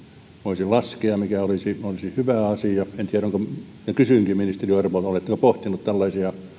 voisi laskea mikä olisi olisi hyvä asia kysynkin ministeri orpolta oletteko pohtinut tällaisia